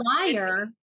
liar